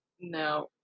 No